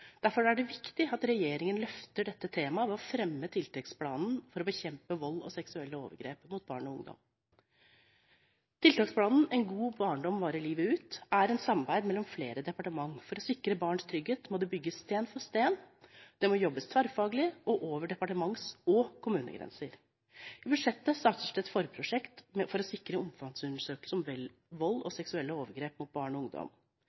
Derfor er det viktig at regjeringen løfter dette temaet ved å fremme tiltaksplanen for å bekjempe vold og seksuelle overgrep mot barn og ungdom. Tiltaksplanen, En god barndom varer livet ut, er et samarbeid mellom flere departement. For å sikre barns trygghet må det bygges stein for stein. Det må jobbes tverrfaglig og over departements- og kommunegrenser. I budsjettet startes det et forprosjekt for å sikre at omfangsundersøkelser om vold og seksuelle overgrep mot barn og ungdom